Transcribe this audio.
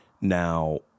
Now